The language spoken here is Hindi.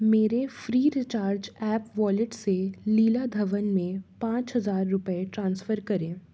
मेरे फ़्रीचार्ज ऐप वॉलेट से लीला धवन में पाँच हज़ार रुपये ट्रांसफ़र करें